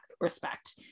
respect